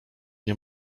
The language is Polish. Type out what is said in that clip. nie